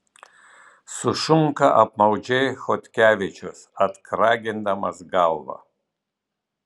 sušunka apmaudžiai chodkevičius atkragindamas galvą